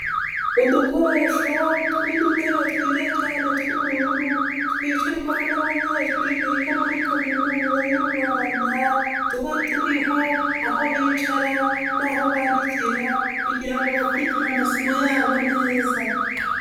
Udukoresho tw'udutarabe twiza cyane tw'ubururu, twicarwaho n'abanyeshuri biga muri kaminuza y'u Rwanda, tuba turiho aho bicara n'aho bandikira kugira ngo bakurikire amasomo yabo neza.